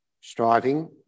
striving